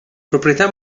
proprietà